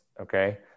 okay